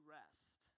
rest